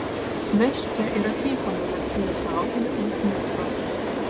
mes čia ir atvykome naktiniu traukiniu iš dnipro